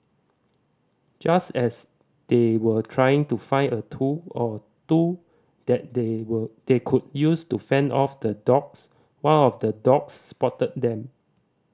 just as they were trying to find a tool or two that they were they could use to fend off the dogs one of the dogs spotted them